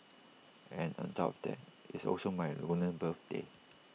and on top of that IT is also my lunar birthday